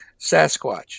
Sasquatch